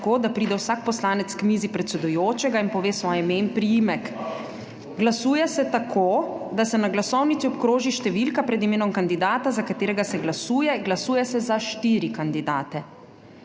da pride vsak poslanec k mizi predsedujočega in pove svoje ime in priimek. Glasuje se tako, da se na glasovnici obkroži številka pred imenom kandidata, za katerega se glasuje. Glasuje se za štiri kandidate.